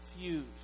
confused